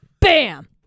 bam